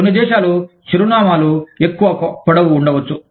కొన్ని దేశాలు చిరునామాలు ఎక్కువపొడవు ఉండవచ్చు